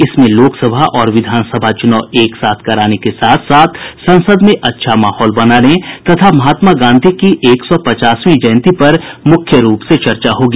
इसमें लोकसभा और विधानसभा चुनाव एक साथ कराने के साथ साथ संसद में अच्छा माहौल बनाने तथा महात्मा गांधी की एक सौ पचासवीं जयंती पर मुख्य रूप से चर्चा होगी